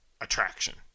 attraction